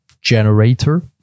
generator